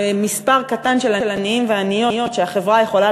מספר קטן של עניים ועניות שהחברה יכולה